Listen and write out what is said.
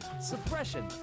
suppression